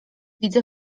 widzę